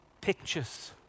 pictures